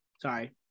Sorry